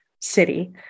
city